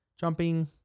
jumping